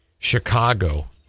Chicago